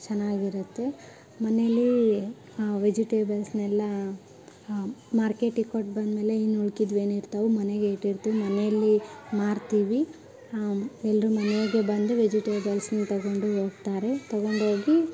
ಚೆನ್ನಾಗಿರತ್ತೆ ಮನೆಯಲ್ಲಿ ವೆಜಿಟೇಬಲ್ಸ್ನ್ನೆಲ್ಲ ಮಾರ್ಕೆಟಿಗೆ ಕೊಟ್ಟುಬಂದ್ಮೇಲೆ ಇನ್ನುಳ್ದಿದವು ಏನು ಇರ್ತವೆ ಮನೇಲೇ ಇಟ್ಟಿರ್ತೀವಿ ಮನೆಯಲ್ಲಿ ಮಾರ್ತಿವಿ ಎಲ್ಲರೂ ಮನೆಗೆ ಬಂದು ವೆಜಿಟೇಬಲ್ಸ್ನ ತಗೊಂಡು ಹೋಗ್ತಾರೆ ತಗೊಂಡೋಗಿ